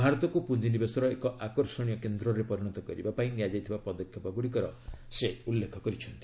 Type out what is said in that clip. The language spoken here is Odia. ଭାରତକୁ ପୂଞ୍ଜିନିବେଶର ଏକ ଆକର୍ଷଣୀୟ କେନ୍ଦ୍ରରେ ପରିଣତ କରିବା ପାଇଁ ନିଆଯାଇଥିବା ପଦକ୍ଷେପଗୁଡ଼ିକର ସେ ଉଲ୍ଲେଖ କରିଛନ୍ତି